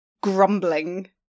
grumbling